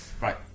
right